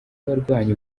abarwanya